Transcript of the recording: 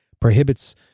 prohibits